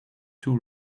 two